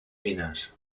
mines